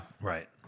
right